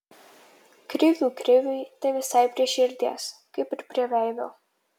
krivių kriviui tai visai prie širdies kaip ir prie veido